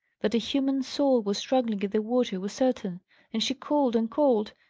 that a human soul was struggling in the water was certain and she called and called,